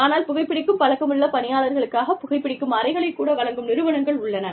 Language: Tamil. ஆனால் புகைபிடிக்கும் பழக்கமுள்ள பணியாளர்களுக்காகப் புகைபிடிக்கும் அறைகளை கூட வழங்கும் நிறுவனங்கள் உள்ளன